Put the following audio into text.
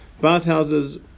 bathhouses